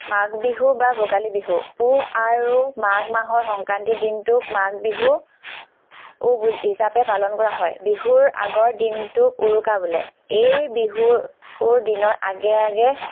মাঘ বিহু বা ভোগালী বিহু পুহ আৰু মাঘ মাহৰ সংক্ৰান্তিৰ দিনটোত মাঘ বিহু ও হিচাপে পালন কৰা হয় বিহুৰ আগৰ দিনটোক উৰুকা বোলে এই বিহুৰ দিনৰ আগে আগে